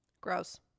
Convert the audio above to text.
Gross